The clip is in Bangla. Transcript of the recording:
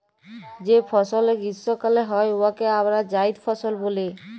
যে ফসলে গীষ্মকালে হ্যয় উয়াকে আমরা জাইদ ফসল ব্যলি